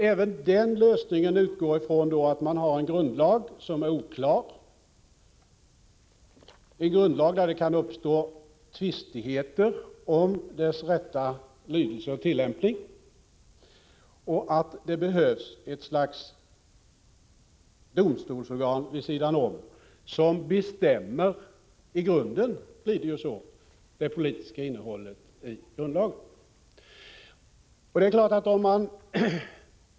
Även den lösningen utgår från att man har en grundlag som är oklar, en grundlag om vilken det kan uppstå tvistigheter om dess rätta lydelse och tillämpning och att det behövs ett slags domstolsorgan vid sidan av som bestämmer det politiska innehållet i grundlagen — i grunden blir det ju på det sättet.